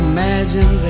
Imagine